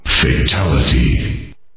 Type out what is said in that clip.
Fatality